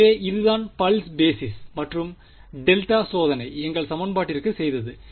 எனவே இதுதான் pulse basis மற்றும் டெல்டா சோதனை எங்கள் சமன்பாட்டிற்கு செய்தது